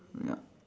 ya